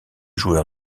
joueur